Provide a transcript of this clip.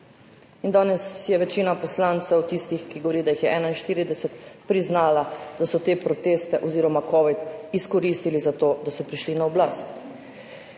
In danes je večina poslancev, tistih, ki pravijo, da jih je 41, priznalo, da so te proteste oziroma covid izkoristili za to, da so prišli na oblast.